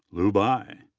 lu bai.